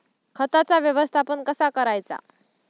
खताचा व्यवस्थापन कसा करायचा?